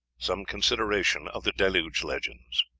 some consideration of the deluge legends